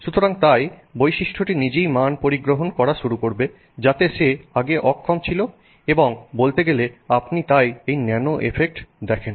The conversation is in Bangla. সুতরাং তাই বৈশিষ্ট্যটি নিজেই মান পরিগ্রহণ করা শুরু করবে যাতে সে আগে অক্ষম ছিল এবং বলতে গেলে আপনি তাই এই ন্যানো এফেক্ট দেখেন